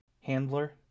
handler